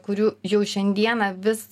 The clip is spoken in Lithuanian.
kurių jau šiandieną vis